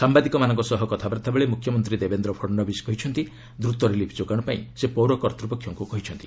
ସାମ୍ଭାଦିକମାନଙ୍କ ସହ କଥାବାର୍ତ୍ତା ବେଳେ ମୁଖ୍ୟମନ୍ତ୍ରୀ ଦେବେନ୍ଦ୍ର ଫଡଣବିଶ କହିଛନ୍ତି ଦ୍ରୁତ ରିଲିଫ ଯୋଗାଣ ପାଇଁ ସେ ପୌର କର୍ତ୍ତୃପକ୍ଷଙ୍କୁ କହିଛନ୍ତି